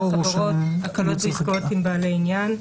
החברות, הקלות בעסקאות עם בעלי עניין,